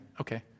Okay